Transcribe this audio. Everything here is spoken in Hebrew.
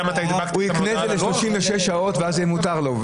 הוא יקנה את זה ל-36 שעות, ואז יהיה מותר לו.